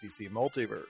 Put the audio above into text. Multiverse